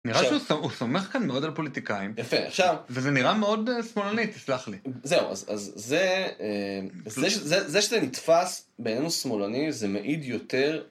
נראה שהוא סומך כאן מאוד על פוליטיקאים. יפה, עכשיו... וזה נראה מאוד שמאלני, סלח לי. זהו, אז זה... זה שזה נתפס בעינינו שמאלני זה מעיד יותר...